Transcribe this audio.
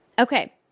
Okay